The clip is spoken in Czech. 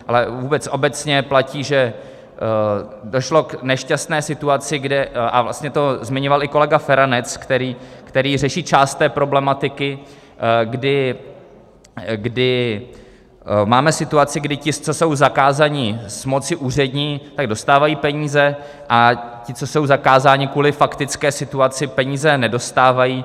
Ale vůbec obecně platí, že došlo k nešťastné situaci a vlastně to zmiňoval i kolega Feranec, který řeší část té problematiky kdy máme situaci, kdy ti, co jsou zakázáni z moci úřední, dostávají peníze, a ti, co jsou zakázáni kvůli faktické situaci, peníze nedostávají.